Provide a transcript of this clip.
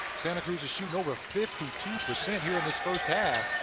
santa cruz is shooting over fifty two percent here in this first half.